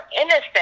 innocent